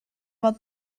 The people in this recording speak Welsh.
ond